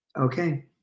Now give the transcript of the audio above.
Okay